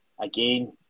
Again